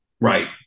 Right